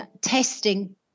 testing